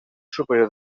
superior